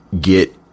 get